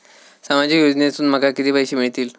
सामाजिक योजनेसून माका किती पैशे मिळतीत?